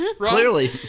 Clearly